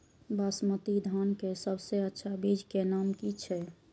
बासमती धान के सबसे अच्छा बीज के नाम की छे?